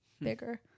bigger